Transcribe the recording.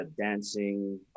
dancing